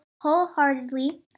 wholeheartedly